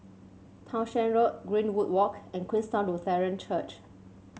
Townshend Road Greenwood Walk and Queenstown Lutheran Church